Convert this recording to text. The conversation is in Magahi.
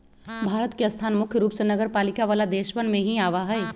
भारत के स्थान मुख्य रूप से नगरपालिका वाला देशवन में ही आवा हई